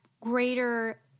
greater